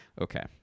Okay